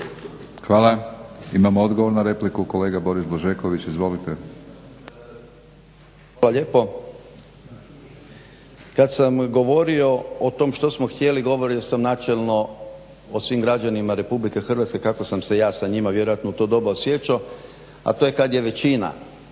Hvala. Imamo odgovor na repliku, kolega Boris Blažeković. Izvolite. **Blažeković, Boris (HNS)** Hvala lijepo. Kad sam govorio o tom što smo htjeli govorio sam načelno o svim građanima RH kako sam se ja sa njima vjerojatno u to doba osjećao, a to je kad je većina